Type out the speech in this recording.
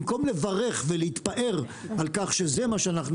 במקום ולהתפאר על כך שזה מה שאנחנו